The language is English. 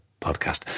podcast